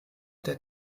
der